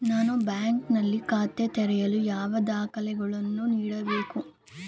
ನಾನು ಬ್ಯಾಂಕ್ ನಲ್ಲಿ ಖಾತೆ ತೆರೆಯಲು ಯಾವ ದಾಖಲೆಗಳನ್ನು ನೀಡಬೇಕು?